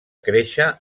créixer